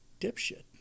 dipshit